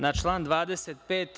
Na član 25.